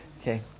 Okay